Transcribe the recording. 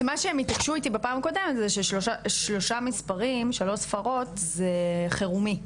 אז מה שהם התעקשו איתי בפעם הקודמת זה ששלוש ספרות זה חרומי,